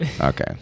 Okay